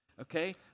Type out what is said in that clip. Okay